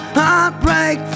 heartbreak